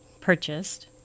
purchased